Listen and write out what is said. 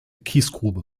kiesgrube